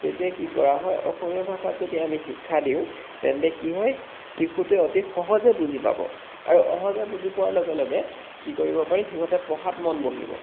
তেতিয়া কি কৰা হয় অসমীয়া ভাষাত যদি আমি শিক্ষা দিওঁ তেন্তে কি হয় শিশুটোৱে অতি সহজে বুজি পাব আৰু সহজে বুজি পোৱাৰ লগে লগে কি কৰিব পাৰি সিহঁতে পঢ়াত মন বহিব